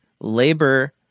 labor